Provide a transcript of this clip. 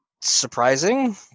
surprising